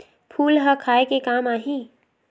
फूल ह खाये के काम आही?